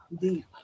deep